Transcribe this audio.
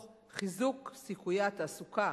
תוך חיזוק סיכויי התעסוקה